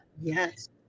Yes